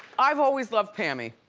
i've always loved pammy.